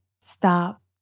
Stop